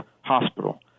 hospital